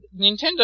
Nintendo